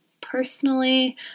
personally